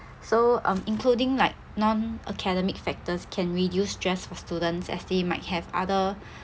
so um including like non-academic factors can reduce stress for students as they might have other